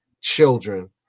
children